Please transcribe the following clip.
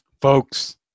Folks